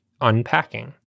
unpacking